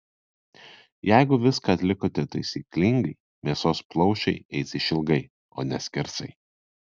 jeigu viską atlikote taisyklingai mėsos plaušai eis išilgai o ne skersai